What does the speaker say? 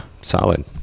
Solid